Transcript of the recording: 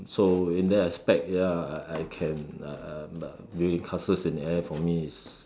so in that aspect ya I I can uh building castles in the air for me is